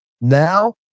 Now